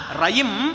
rayim